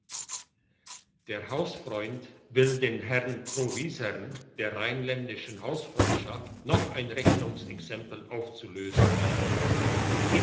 der hausfreund will den herrn provisern der rheinländischen hausfreundschaft noch ein rechnungsexempel aufzulösen geben